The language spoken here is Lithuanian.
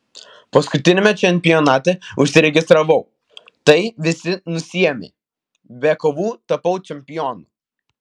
paskutiniame čempionate užsiregistravau tai visi nusiėmė be kovų tapau čempionu